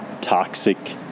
toxic